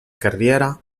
carriera